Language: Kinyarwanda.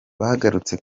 bagarutse